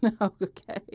Okay